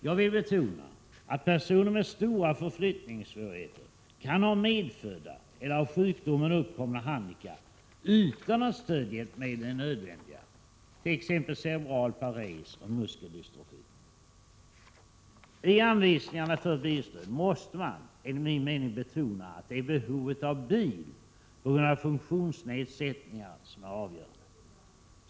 Jag vill betona att personer med stora förflyttningssvårigheter kan ha medfödda eller av sjukdom uppkomna handikapp utan att stödhjälpmedel är nödvändiga. Detta är fallet vid t.ex. cerebral pares och muskeldystrofi. I anvisningarna för handläggning av bilstöd måste man, enligt min mening, betona att det som är avgörande är behovet av bil på grund av funktionsnedsättningar.